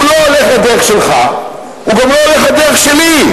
הוא לא הולך לדרך שלך, הוא גם לא הולך לדרך שלי,